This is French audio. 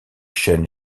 chaînes